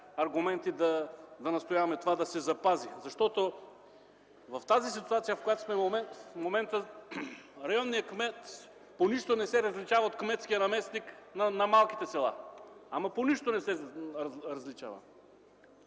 аргументи да настояваме това да се запази. Тази ситуация, в която сме в момента, районният кмет по нищо не се различава от кметския наместник на малките села. По нищо не се различава!